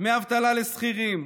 דמי אבטלה לשכירים,